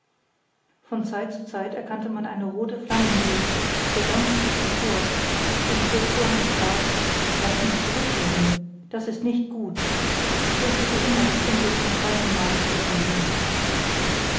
von zeit zu zeit erkannte man eine rote flammenglut der dampf stieg empor und fürst oheim sprach laßt uns zurückkehren das ist nicht gut ich fürchtete immer das unglück zum zweiten male zu erleben